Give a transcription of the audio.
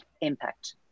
impact